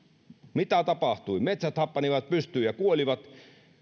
mitä tapahtui metsät happanivat pystyyn ja kuolivat